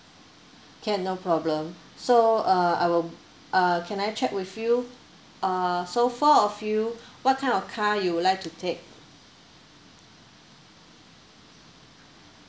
can no problem so uh I will uh can I check with you uh so four of you what kind of car you would like to take